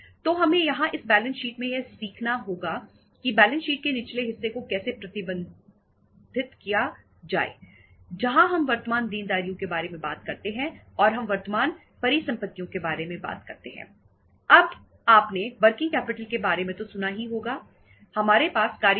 तो हमें यहां इस बैलेंस शीट में यह सीखना होगा कि बैलेंस शीट के निचले हिस्से को कैसे प्रबंधित किया जाए जहां हम वर्तमान देनदारियों के बारे में बात करते हैं और हम वर्तमान परिसंपत्तियों के बारे में बात करते हैं